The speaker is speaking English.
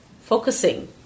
focusing